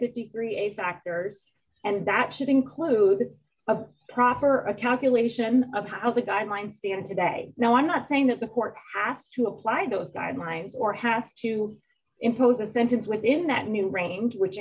fifty three dollars a factor and that should include the proper a calculation of how the guidelines stand today now i'm not saying that the court has to apply those guidelines or have to impose a sentence within that new range which